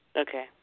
Okay